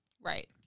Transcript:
Right